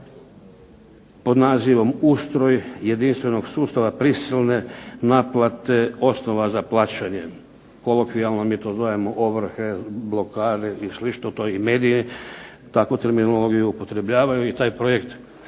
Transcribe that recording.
pod nazivom "Ustroj jedinstvenog sustava prisilne naplate osnova za plaćanje", kolokvijalno mi to zovemo ovrhe, blokade i slično i mediji takvu terminologiju upotrebljavaju i taj projekt